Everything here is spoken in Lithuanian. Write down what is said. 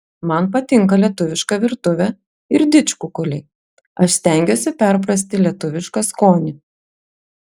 man patinka lietuviška virtuvė ir didžkukuliai aš stengiuosi perprasti lietuvišką skonį